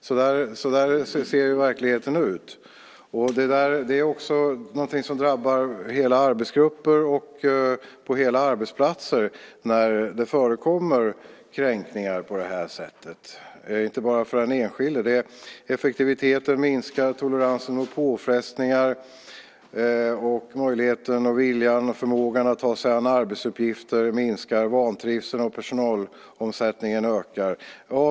Så ser verkligheten ut, och när sådana kränkningar förekommer drabbar det hela arbetsgrupper och hela arbetsplatser. Det drabbar alltså inte enbart den enskilde. Effektiviteten minskar. Toleransen mot påfrestningar och möjligheten, viljan och förmågan att ta sig an arbetsuppgifter minskar. Vantrivseln och personalomsättningen ökar.